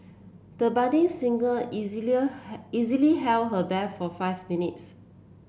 the budding singer easily held her breath for five minutes